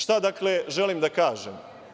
Šta dakle želim da kažem.